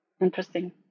interesting